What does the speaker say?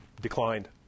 declined